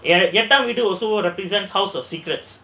you know get time we do also represents house of secrets